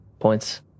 points